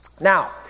Now